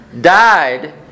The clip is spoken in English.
died